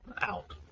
out